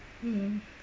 hmm